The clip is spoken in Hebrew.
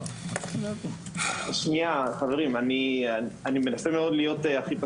אני מנסה להיות הכי פתוח.